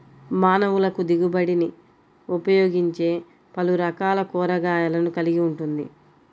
మానవులకుదిగుబడినిఉపయోగించేపలురకాల కూరగాయలను కలిగి ఉంటుంది